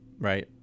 Right